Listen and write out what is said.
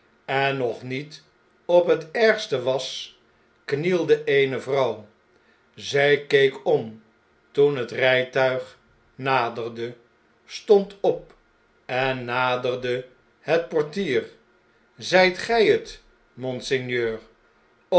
en nog niet op het ergste was knielde eene vrouw zh keek om toen het rijtuig naderde stond op en naderde het portier zh't g-y het monseigneur